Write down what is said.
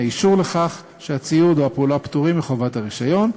אישור לכך שהציוד או הפעולה פטורים מחובת הרישיון.